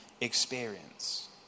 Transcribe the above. experience